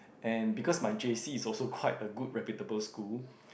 and because my J_C is also quite a good reputable school